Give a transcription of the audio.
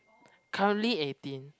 currently eighteen